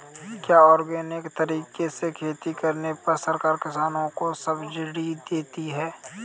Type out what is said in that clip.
क्या ऑर्गेनिक तरीके से खेती करने पर सरकार किसानों को सब्सिडी देती है?